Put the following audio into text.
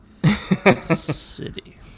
City